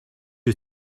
you